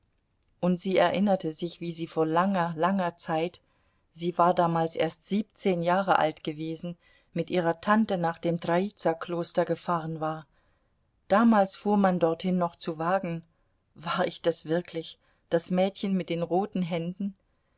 und sie erinnerte sich wie sie vor langer langer zeit sie war damals erst siebzehn jahre alt gewesen mit ihrer tante nach dem troizakloster gefahren war damals fuhr man dorthin noch zu wagen war ich das wirklich das mädchen mit den roten händen